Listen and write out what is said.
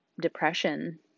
depression